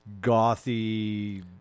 gothy